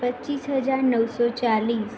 પચ્ચીસ હજાર નવસો ચાલીસ